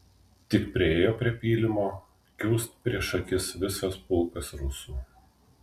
tik priėjo prie pylimo kiūst prieš akis visas pulkas rusų